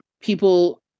people